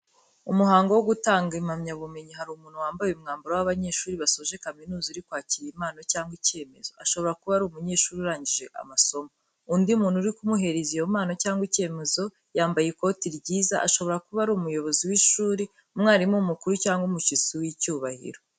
Umuhango wo gutanga impamyabumenyi, hari umuntu wambaye umwambaro w'abanyeshuri basoje kaminuza uri kwakira impano cyangwa icyemezo, ashobora kuba ari umunyeshuri urangije amasomo. Undi muntu uri kumuhereza iyo mpano cyangwa icyemezo yambaye ikote ryiza, ashobora kuba ari umuyobozi w’ishuri, umwarimu mukuru, cyangwa umushyitsi w’icyubahiro.